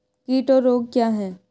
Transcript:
कीट और रोग क्या हैं?